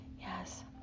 Yes